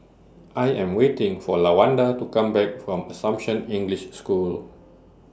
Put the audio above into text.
I Am waiting For Lawanda to Come Back from Assumption English School